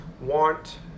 want